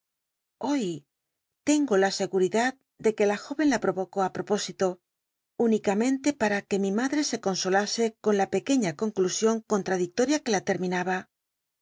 lloy tengo la scguridad de que la jóyen la proyocó propósito únicamente para que mi madre se con olase con la pequeña concl usion contradictoria que la terminaba